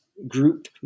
group